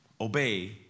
obey